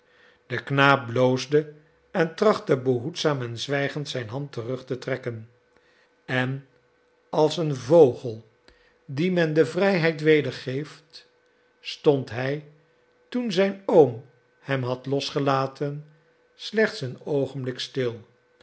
de knaap bloosde en trachtte behoedzaam en zwijgend zijn hand terug te trekken en als een vogel dien men de vrijheid weder geeft stond hij toen zijn oom hem had losgelaten slechts een oogenblik stil